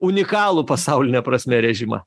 unikalų pasauline prasme režimą